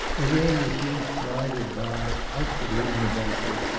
elena's youth glided by, outwardly uneventful,